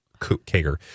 Kager